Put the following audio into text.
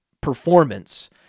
performance